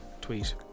tweet